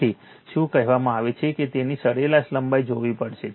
તેથી શું કહેવામાં આવે છે કે તેની સરેરાશ લંબાઈ જોવી પડે છે